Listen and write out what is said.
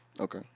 Okay